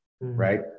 right